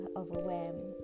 overwhelmed